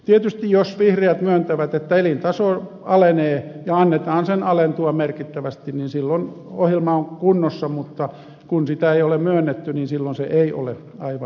tietysti jos vihreät myöntävät että elintaso alenee ja annetaan sen alentua merkittävästi silloin ohjelma on kunnossa mutta kun sitä ei ole myönnetty niin silloin se ei ole aivan kunnossa